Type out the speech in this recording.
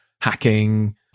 hacking